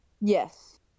Yes